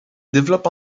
développe